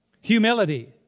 Humility